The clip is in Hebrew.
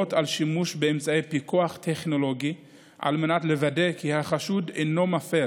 להורות על שימוש באמצעי פיקוח טכנולוגי על מנת לוודא כי החשוד אינו מפר